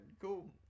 cool